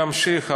להמשיך,